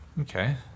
Okay